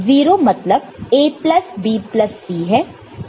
0 मतलब A plus B plus C है